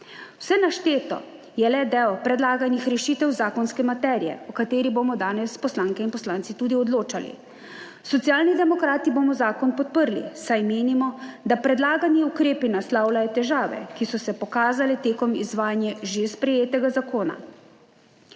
Vse našteto je le del predlaganih rešitev zakonske materije, o kateri bomo danes poslanke in poslanci tudi odločali. Socialni demokrati bomo zakon podprli, saj menimo, da predlagani ukrepi naslavljajo težave, ki so se pokazale tekom izvajanja že sprejetega zakona.